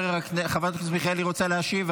חברת הכנסת מיכאלי רוצה להשיב?